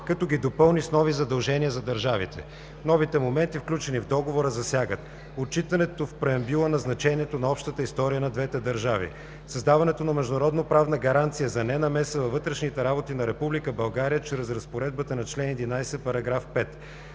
като ги допълни с нови задължения за държавите. Новите моменти, включени в Договора, засягат: - отчитането в преамбюла на значението на общата история на двете държави; - създаването на международноправна гаранция за ненамеса във вътрешните работи на Република България чрез Разпоредбата на чл. 11, параграф 5;